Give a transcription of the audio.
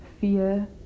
fear